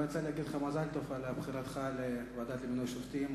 לא יצא לי להגיד לך מזל טוב על בחירתך לוועדה למינוי שופטים.